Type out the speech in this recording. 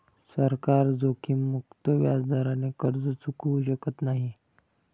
सरकार जोखीममुक्त व्याजदराने कर्ज चुकवू शकत नाही